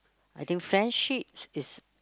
I think friendships is